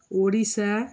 Odisha